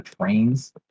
trains